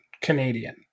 Canadian